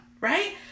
right